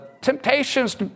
temptations